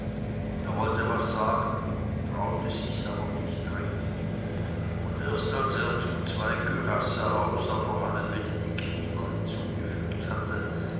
er wollte was sagen traute sich's aber nicht recht und erst als er zu zwei curaaos auch noch einen benediktiner hinzugefügt hatte